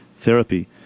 therapy